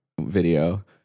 video